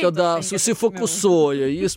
tada susifokusuoja jis